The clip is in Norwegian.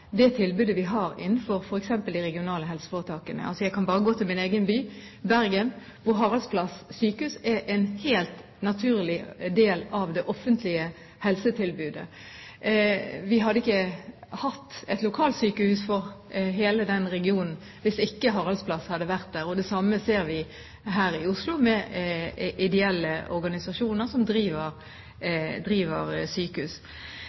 det tilbudet vi har innenfor f.eks. de regionale helseforetakene. Jeg kan bare gå til min egen by, Bergen, hvor Haraldsplass Sykehus er en helt naturlig del av det offentlige helsetilbudet. Vi hadde ikke hatt et lokalsykehus for hele den regionen hvis ikke Haraldsplass hadde vært der. Det samme ser vi med ideelle organisasjoner som driver sykehus her i Oslo. Dette er en sektor som